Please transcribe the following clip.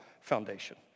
foundation